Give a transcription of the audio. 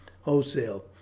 wholesale